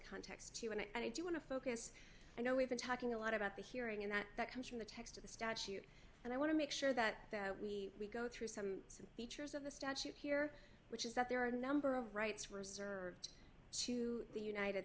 context too and i do want to focus i know we've been talking a lot about the hearing and that that comes from the text of the statute and i want to make sure that we we go through some features of the statute here which is that there are a number of rights reserved to the united